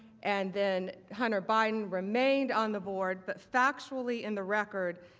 and then hunter biden remained on the board, but factually in the record,